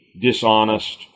dishonest